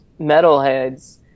metalheads